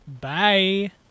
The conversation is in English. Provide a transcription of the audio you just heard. Bye